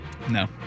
no